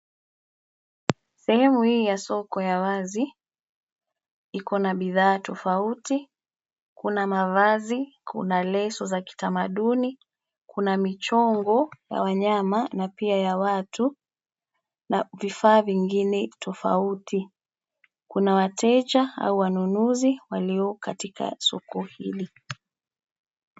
Sehemu hii ya soko ya wazi, iko na bidhaa tofauti, kuna mavazi, kuna leso za kitamaduni, kuna michongo ya wanyama na pia ya watu, na, vifaa vingine tofauti, kuna wateja au wanunuzi walio katika soko hili.